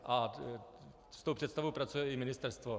A s tou představou pracuje i ministerstvo.